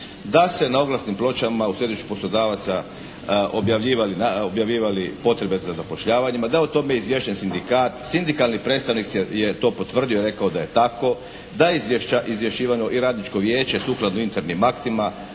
su se na oglasnim pločama u središtu poslodavaca objavljivali potrebe za zapošljavanjima, da je o tome izvješten sindikat, sindikalni predstavnik je to potvrdio i rekao da je tako, da je izvješćivano i radničko vijeće sukladno internim aktima,